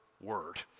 word